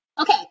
Okay